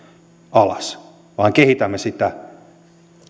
alas vaan kehitämme sitä